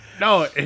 No